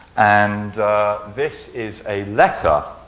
and this is a letter